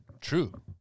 True